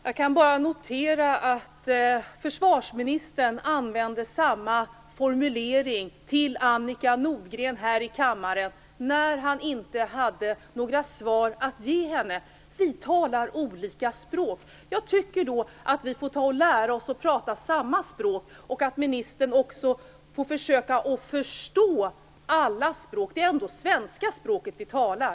Herr talman! Jag kan bara notera att försvarsministern använde samma formulering i en debatt med Annika Nordgren här i kammaren när han inte hade några svar att ge henne; vi talar olika språk. Jag tycker att vi får lära oss att tala samma språk och att ministern också får försöka att förstå allas språk. Det är ändå svenska språket vi talar.